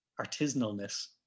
artisanalness